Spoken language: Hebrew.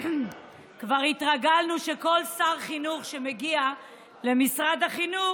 כבר התרגלנו שכל שר חינוך שמגיע למשרד החינוך